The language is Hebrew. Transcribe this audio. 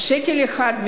שקל אחד,